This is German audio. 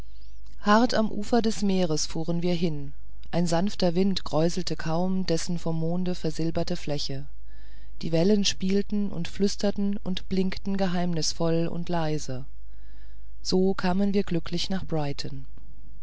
hart am ufer des meeres fuhren wir hin ein sanfter wind kräuselte kaum dessen vom monde versilberte fläche die wellen spielten und flüsterten und blinkten geheimnisvoll und leise so kamen wir glücklich nach brighton